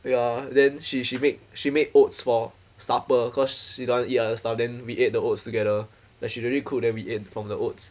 ya then she she make she made oats for supper cause she don't want to eat other stuff then we ate the oats together like she's really cool then we ate from the oats